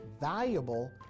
valuable